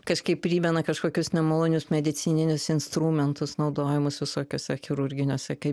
kažkaip primena kažkokius nemalonius medicininius instrumentus naudojamus visokiose chirurginiuose kai